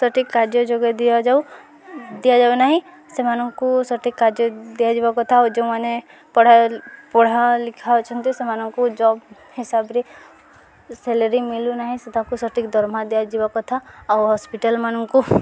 ସଠିକ୍ କାର୍ଯ୍ୟ ଯୋଗ୍ୟ ଦିଆଯାଉ ଦିଆଯାଉନାହିଁ ସେମାନଙ୍କୁ ସଠିକ୍ କାର୍ଯ୍ୟ ଦିଆଯିବା କଥା ଆଉ ଯେଉଁମାନେ ପଢ଼ା ଲେଖା ଅଛନ୍ତି ସେମାନଙ୍କୁ ଜବ୍ ହିସାବରେ ସେଲେରୀ ମିଳୁନାହିଁ ସେ ତାକୁ ସଠିକ୍ ଦରମା ଦିଆଯିବା କଥା ଆଉ ହସ୍ପିଟାଲ ମାନଙ୍କୁ